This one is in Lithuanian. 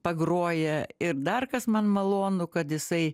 pagroja ir dar kas man malonu kad jisai